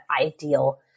ideal